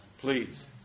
Please